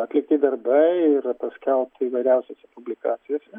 atlikti darbai yra paskelbta įvairiausiose publikacijose